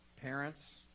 parents